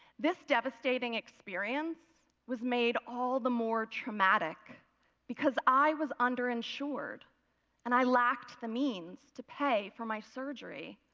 this devastating experience was made all the more traumatic because i was underinsured and i lacked the means to pay for my surgery.